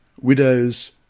Widows